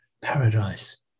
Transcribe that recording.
paradise